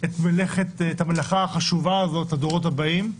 את המלאכה החשובה הזאת לדורות הבאים.